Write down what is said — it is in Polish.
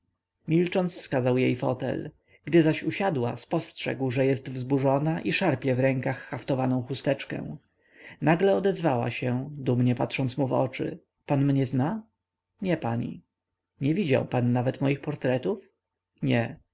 milcząc wskazał jej fotel gdy zaś usiadła spostrzegł że jest wzburzona i szarpie w rękach haftowaną chusteczkę nagle odezwała się dumnie patrząc mu w oczy pan mnie zna nie pani nie widział pan nawet moich portretów nie